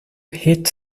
hit